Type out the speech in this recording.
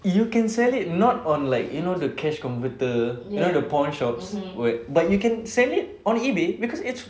you can sell it not on like the cash converter you know the pawn shops but you can sell it on ebay because it's